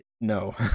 no